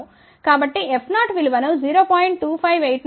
కాబట్టిF0విలువను 0